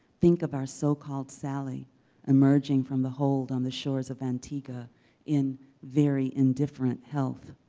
think of our so-called sally emerging from the hold on the shores of antigua in very indifferent health,